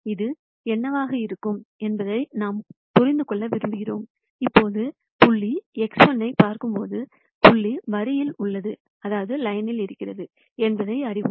இது என்னவாக இருக்கும் என்பதை நாம் புரிந்து கொள்ள விரும்புகிறோம் இப்போது புள்ளி X1 ஐப் பார்க்கும்போது புள்ளி வரியில் உள்ளது என்பதை அறிவோம்